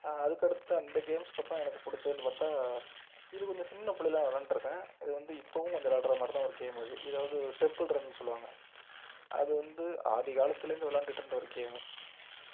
அதுக்கடுத்து அந்த கேம்ஸுக்கப்புறம் எனக்கு பிடிச்சதுன்னு பார்த்தா இது கொஞ்சம் சின்னப் பிள்ளைல நான் விளாண்ட்ருக்கேன் இது வந்து இப்போவும் கொஞ்சம் விளாட்ற மாதிரி தான் ஒரு கேம் இது இதை வந்து ஒரு டெம்பிள் ரன்னுன்னு சொல்லுவாங்கள் அது வந்து ஆதிகாலத்துலேருந்து விளாண்டுட்டு இருந்த ஒரு கேமு